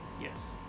Yes